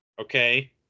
Okay